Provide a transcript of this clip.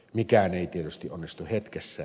mikään ei tietysti onnistu hetkessä